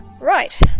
Right